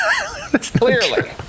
Clearly